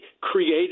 create